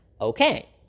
okay